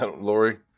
Lori